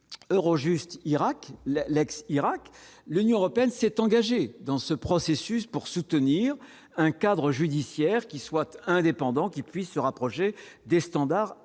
Eurojust Irak l'ex-Irak : l'Union européenne s'est engagée dans ce processus pour soutenir un cadre judiciaire qui soit indépendant qui puisse se rapprocher des standards internationaux